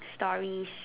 stories